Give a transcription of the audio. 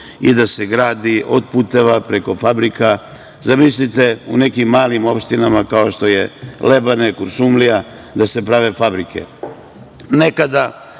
i da se gradi od puteva, preko fabrika. Zamislite u nekim malim opštinama kao što je Lebane, Kuršumlija da se prave fabrike.